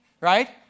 right